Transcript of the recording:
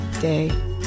day